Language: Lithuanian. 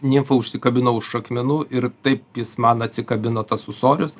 nimfa užsikabino už akmenų ir taip jis man atsikabino tas ūsorius